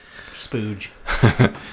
Spooge